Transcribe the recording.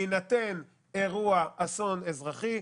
בהינתן אירוע אסון אזרחי,